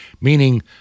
meaning